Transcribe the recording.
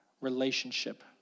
relationship